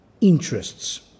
interests